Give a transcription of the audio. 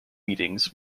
meetings